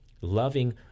loving